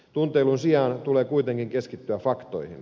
tunteilun sijaan tulee kuitenkin keskittyä faktoihin